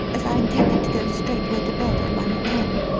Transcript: as i intended to go straightway to bed on my return.